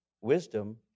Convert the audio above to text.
wisdom